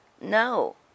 No